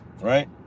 right